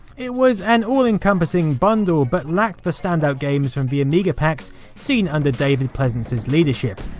it was an all encompassing bundle, but lacked the stand-out games from the amiga packs seen under david pleasance's leadership.